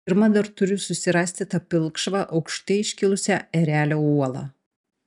pirma dar turiu susirasti tą pilkšvą aukštai iškilusią erelio uolą